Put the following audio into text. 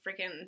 freaking